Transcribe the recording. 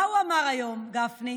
מה הוא אמר היום, גפני?